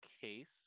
case